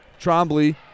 Trombley